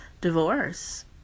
divorce